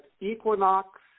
equinox